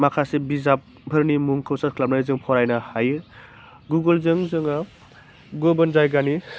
माखासे बिजाबफोरनि मुंखौ सार्च खालामनानै जोङो फरायनो हायो गुगलजों जोङो गुबुन जायगानि